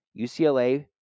UCLA